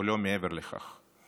ולא מעבר לכך.